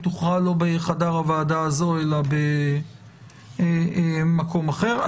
תוכרע לא בחדר הוועדה הזאת אלא במקום אחר.